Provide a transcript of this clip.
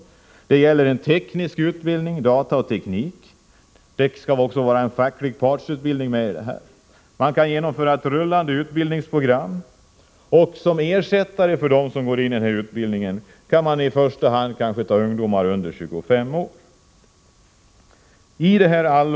Utbildningen skall bl.a. omfatta utbildning om data och teknik samt facklig partsutbildning kring den nya tekniken. Man kan tänka sig ett rullande utbildningsprogram. Ersättare för dem som genomgår denna vuxenutbildning skall, kan man tänka sig, i första hand vara ungdomar under 25 år.